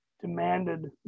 demanded